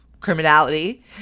criminality